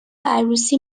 عروسی